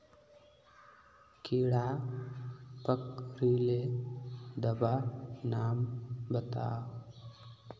कीड़ा पकरिले दाबा नाम बाताउ?